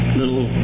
little